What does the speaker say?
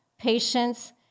patience